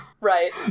Right